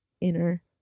inner